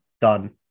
done